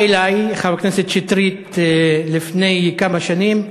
בא אלי חבר הכנסת שטרית לפני כמה שנים,